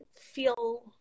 feel